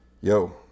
Yo